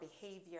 behavior